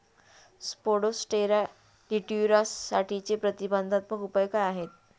Spodoptera लिट्युरासाठीचे प्रतिबंधात्मक उपाय काय आहेत?